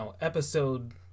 episode